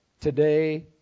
today